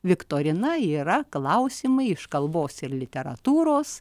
viktorina yra klausimai iš kalbos ir literatūros